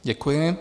Děkuji.